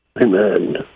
Amen